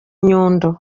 inyundo